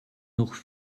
noch